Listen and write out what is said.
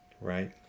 right